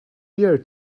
year